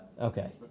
okay